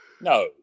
No